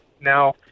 Now